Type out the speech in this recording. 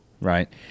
right